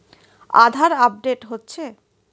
আধার update হচ্ছে?